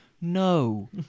No